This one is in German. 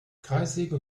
kreissägen